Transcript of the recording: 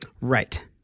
Right